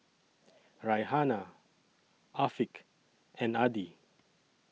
Raihana Afiq and Adi